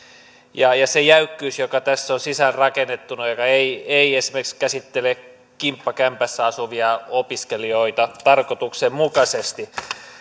ja ja se jäykkyys joka tässä on sisäänrakennettuna ja joka ei ei esimerkiksi käsittele kimppakämpässä asuvia opiskelijoita tarkoituksenmukaisesti